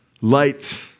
Light